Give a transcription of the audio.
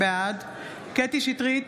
בעד קטי קטרין שטרית,